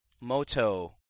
Moto